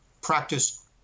practice